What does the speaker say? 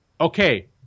okay